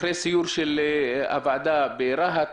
אחרי הסיור של הועדה ברהט